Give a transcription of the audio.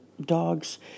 dogs